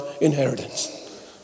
inheritance